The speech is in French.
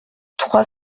trois